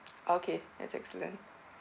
okay that's excellent